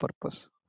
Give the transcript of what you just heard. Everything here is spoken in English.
purpose